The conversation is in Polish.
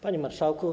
Panie Marszałku!